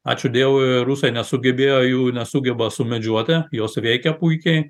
ačiū dievui rusai nesugebėjo jų nesugeba sumedžioti jos veikia puikiai